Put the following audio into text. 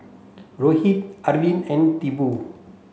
Rohit Arvind and Tipu